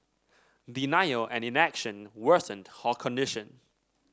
denial and inaction worsened her condition